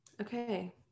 Okay